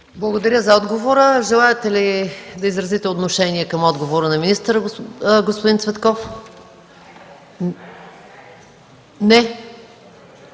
Благодаря за отговора. Желаете ли да изразите отношение към отговора на министъра, господин Цветков? Не.